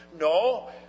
no